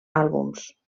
àlbums